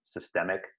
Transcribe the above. systemic